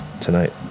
Tonight